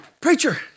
preacher